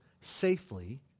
safely